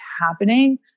happening